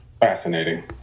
Fascinating